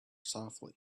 softly